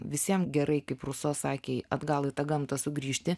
visiem gerai kaip ruso sakė atgal į tą gamtą sugrįžti